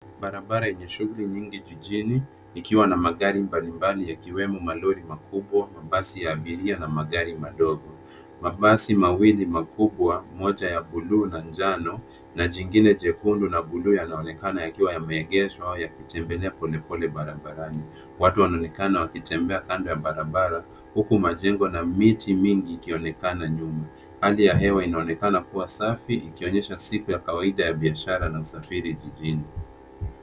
Barabara yenye shughuli nyingi jijini, ikiwa na magari mbalimbali yakiwemo malori makubwa, mabasi ya abiria na magari madogo. Mabasi mawili makubwa , moja ya bluu na njano na jingene jekundu na bluu yanaonekana yakiwa yameegeshwa au yakitembea polepole barabarani. Watu wanaonekana wakitembea kando ya barabara, huku majengo na miti mingi ikionekana nyuma. Hali ya hewa inaonekana kuwa safi, ikionyesha siku ya kawaida ya biashara na usafiri jijini.